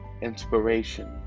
inspiration